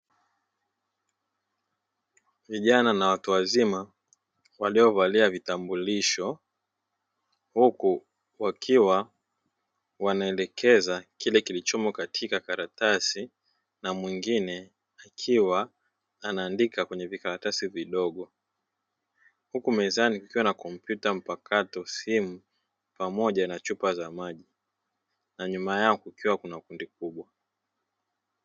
Vijana na watu wazima waliovalia vitambulisho huku wakiwa wanaelekeza kile kilichomo katika karatasi na mwingine akiwa anaandika kwenye vikaratasi vidogo huku mezani kukiwa na kompyuta mpakato, simu pamoja na chupa za maji na nyuma yao kukiwa kuna kundi kubwa.